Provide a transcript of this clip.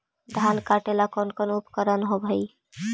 धान काटेला कौन कौन उपकरण होव हइ?